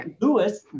Lewis